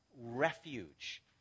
refuge